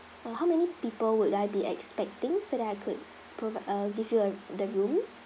uh how many people would I be expecting so that I could book a give you a the room